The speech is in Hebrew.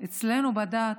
אצלנו בדת,